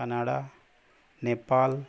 Canada Nepal